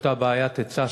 בקואליציה?